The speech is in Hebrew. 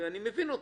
ואני מבין אתכם.